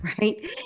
Right